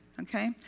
Okay